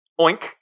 Oink